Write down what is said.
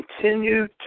continue